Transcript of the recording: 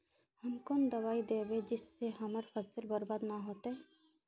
हम कौन दबाइ दैबे जिससे हमर फसल बर्बाद न होते?